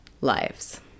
lives